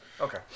Okay